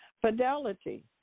Fidelity